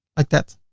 like that.